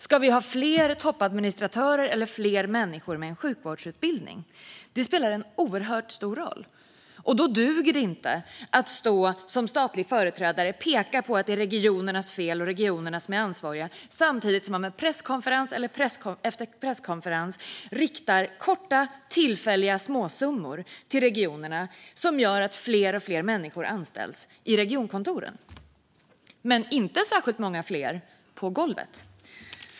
Ska vi ha fler toppadministratörer eller fler människor med en sjukvårdsutbildning? Det spelar en oerhört stor roll. Då duger det inte att som statlig företrädare peka på att det är regionernas fel och regionerna som är ansvariga, samtidigt som man vid presskonferens efter presskonferens riktar korta tillfälliga småsummor till regionerna, som gör att fler och fler människor anställs i regionkontoren men inte särskilt många fler på golvet.